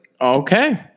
Okay